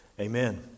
Amen